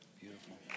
Beautiful